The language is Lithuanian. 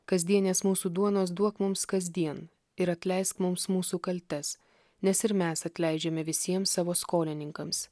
kasdienės mūsų duonos duok mums kasdien ir atleisk mums mūsų kaltes nes ir mes atleidžiame visiems savo skolininkams